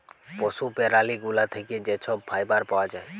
পশু প্যারালি গুলা থ্যাকে যে ছব ফাইবার পাউয়া যায়